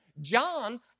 John